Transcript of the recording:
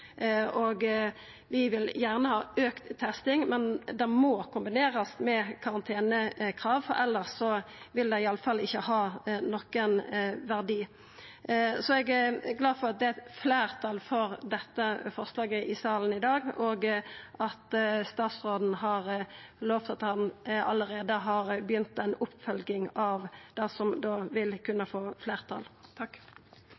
må kombinerast med karantenekrav, for elles vil det i alle fall ikkje ha nokon verdi. Eg er glad for at det er eit fleirtal for dette forslaget i salen i dag, og at statsråden har lovt at han allereie har begynt ei oppfølging av det som vil